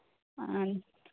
ᱟᱨ